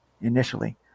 initially